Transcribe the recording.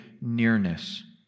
nearness